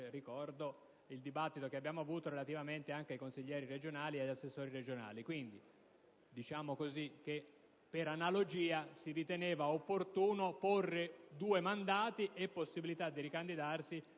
Ricordo il dibattito che abbiamo svolto relativamente ai consiglieri e assessori regionali. Diciamo che per analogia si riteneva opportuno porre due mandati e la possibilità di ricandidarsi